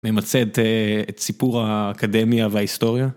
ממצית את סיפור האקדמיה וההיסטוריה.